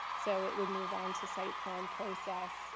so it would move on to site plan process